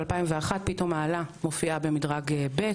ב-2001 פתאום האלה מופיעה במדרג ב',